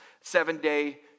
seven-day